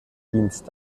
dienst